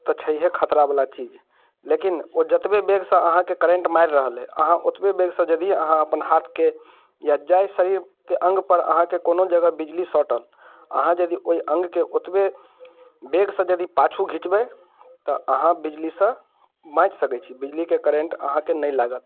तऽ छैहे खतरा बला चीज लेकिन ओ जतबे बेगसँ अहाँकेँ करेन्ट मारि रहल अइ अहाँ ओतबे बेगसँ यदि अहाँ अपन हाथके या जाहि शरीरके अङ्ग पर अहाँकेँ कोनो जगह बिजली सटल अहाँ यदि ओहि अङ्गके ओतबे बेगसँ यदि पाछू घिचबै तऽ अहाँ बिजलीसँ बाँचि सकैत छी बिजलीके करेन्ट अहाँकेँ नहि लागत